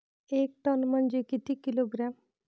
एक टन म्हनजे किती किलोग्रॅम?